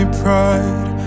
pride